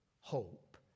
hope